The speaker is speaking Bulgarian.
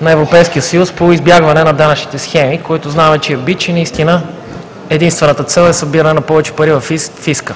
на Европейския съюз по избягване на данъчните схеми, за които знаем, че са бич и наистина единствената цел е събиране на повече пари във фиска.